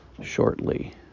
shortly